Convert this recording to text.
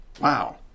Wow